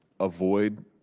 avoid